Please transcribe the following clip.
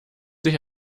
sich